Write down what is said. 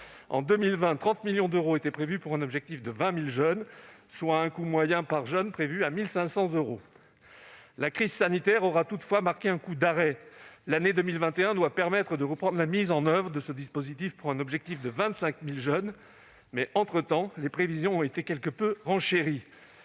En 2020, 30 millions d'euros étaient prévus, pour un objectif de 20 000 jeunes, soit un coût moyen par jeune de 1 500 euros. La crise sanitaire aura toutefois marqué un coup d'arrêt. L'année 2021 doit permettre de reprendre la mise en oeuvre de ce dispositif, pour un objectif de 25 000 jeunes. Mais, entretemps, les prévisions ont été quelque peu revues